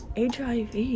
HIV